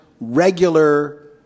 regular